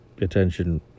attention